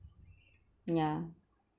yeah